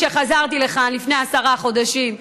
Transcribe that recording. כשחזרתי לכאן לפני עשרה חודשים,